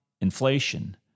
inflation